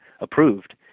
approved